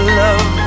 love